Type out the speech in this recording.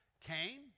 Cain